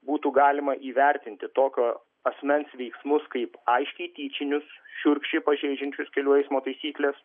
būtų galima įvertinti tokio asmens veiksmus kaip aiškiai tyčinius šiurkščiai pažeidžiančius kelių eismo taisykles